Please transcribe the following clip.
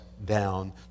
down